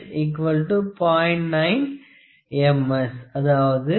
S அதாவது 1 V